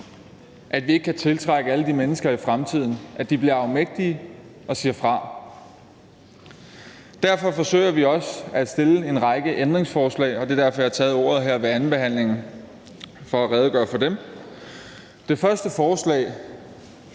ikke kan tiltrække alle de mennesker i fremtiden, og at de bliver afmægtige og siger fra. Derfor forsøger vi også at stille en række ændringsforslag, og det er derfor, jeg har taget ordet her ved andenbehandlingen for at redegøre for dem. Det første